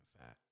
fat